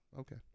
okay